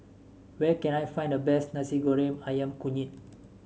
where can I find the best Nasi Goreng ayam kunyit